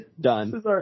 done